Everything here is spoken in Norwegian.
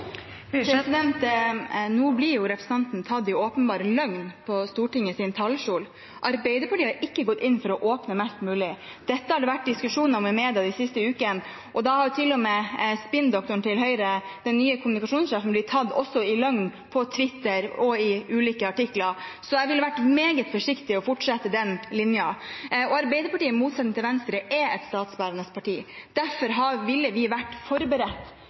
Nå blir representanten tatt i åpenbar løgn fra Stortingets talerstol. Arbeiderpartiet har ikke gått inn for å åpne mest mulig. Dette har det vært diskusjon om i media de siste ukene, og da har til og med spinndoktoren til Høyre, den nye kommunikasjonssjefen, blitt tatt i løgn, på Twitter og i ulike artikler, så jeg ville vært meget forsiktig med å fortsette den linjen. Og Arbeiderpartiet, i motsetning til Venstre, er et statsbærende parti. Derfor ville vi vært forberedt,